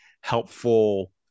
helpful